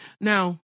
Now